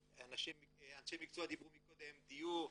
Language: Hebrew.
ואנשי מקצוע דיברו קודם על דיור,